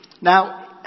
Now